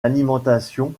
alimentation